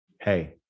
hey